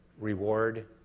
reward